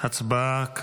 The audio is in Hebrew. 7